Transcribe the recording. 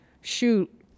shoot